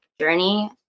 journey